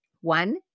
One